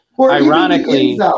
ironically